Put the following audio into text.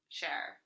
share